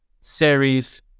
series